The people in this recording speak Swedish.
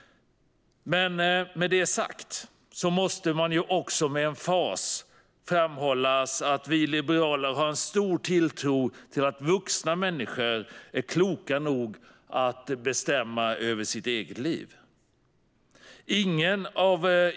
Med detta sagt måste jag också med emfas framhålla att vi liberaler har en stor tilltro till att vuxna människor är kloka nog att bestämma över sitt eget liv.